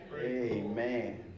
Amen